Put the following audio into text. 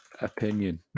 Opinion